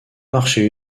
marcher